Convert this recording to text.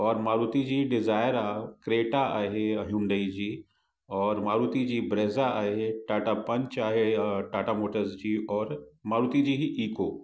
और मारुति जी डिज़ायर आहे क्रेटा आहे हुंडई जी और मारुति जी ब्रेज़ा आहे टाटा पंच आहे टाटा मोटर्स जी और मारुति जी ही ईको